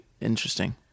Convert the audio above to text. interesting